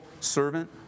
servant